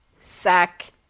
Sack